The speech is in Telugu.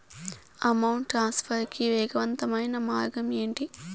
అమౌంట్ ట్రాన్స్ఫర్ కి వేగవంతమైన మార్గం ఏంటి